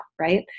right